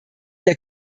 der